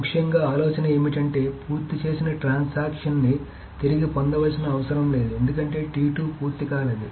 ముఖ్యంగా ఆలోచన ఏమిటంటే పూర్తి చేసిన ట్రాన్సాక్షన్ ని తిరిగి పొందాల్సిన అవసరం లేదు ఎందుకంటే పూర్తి కాలేదు